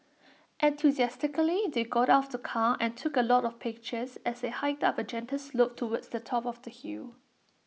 enthusiastically they got out of the car and took A lot of pictures as they hiked up A gentle slope towards the top of the hill